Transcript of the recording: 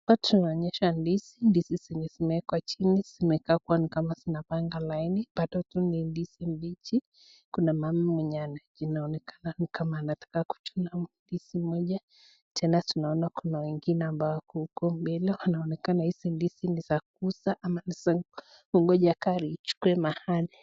Hapa tunaonyeshwa ndizi. Ndizi zenyewe zimewekwa chini, zimekaa kwani kama zinapanga laini. Bado tu ni ndizi mbichi. Kuna mama mwenye ana, inaonekana ni kama anataka kuchuna ndizi moja. Tena tunaona kuna wengine ambao wako huko mbele. Inaonekana hizi ndizi ni za kuuza ama ni za kungoja gari ichukue mahali.